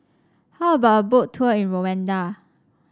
how about a Boat Tour in Rwanda